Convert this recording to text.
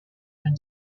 men